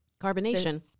carbonation